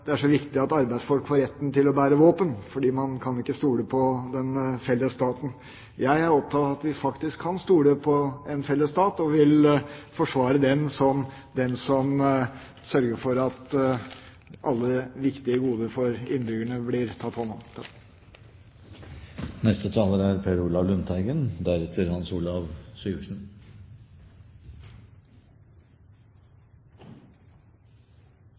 USA er så viktig at arbeidsfolk får retten til å bære våpen, fordi man ikke kan stole på en felles stat. Jeg er opptatt av at vi faktisk kan stole på en felles stat og vil forsvare den som sørger for at alle viktige goder for innbyggerne blir tatt hånd om. Sparing forbindes med trygghet, og trygghet er noe av